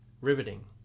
riveting